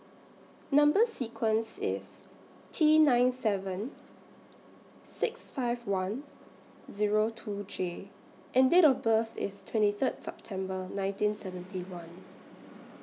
Number sequence IS T nine seven six five one Zero two J and Date of birth IS twenty Third September nineteen seventy one